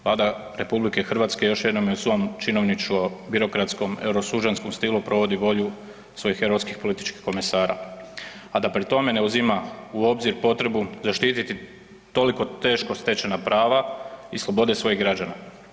Vlada RH još jednom je u svom činovničko-birokratskom euro sužanjskom stilu provodi volju svojih europskih političkih komesara, a da pri tome ne uzima u obzir potrebu zaštititi toliko teško stečena prava i slobode svojih građana.